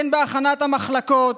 הן בהכנת המחלקות.